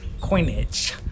Coinage